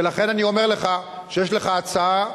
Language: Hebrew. ולכן אני אומר לך שיש לך הצעה,